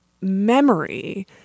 memory